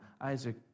Isaac